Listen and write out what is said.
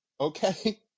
okay